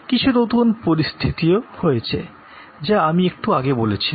কিছু নতুন পরিস্থিতিও রয়েছে যা আমি একটু আগে বলেছিলাম